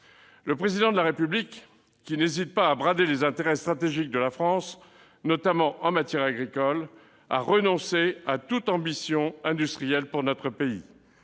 Le Président de la République, qui n'hésite pas à brader les intérêts stratégiques de la France, ... Mais non !... notamment en matière agricole, a renoncé à toute ambition industrielle pour notre pays,